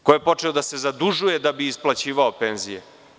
Ko je počeo da se zadužuje da bi isplaćivao penzije?